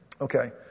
Okay